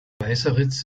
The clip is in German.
weißeritz